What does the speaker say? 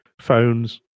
phones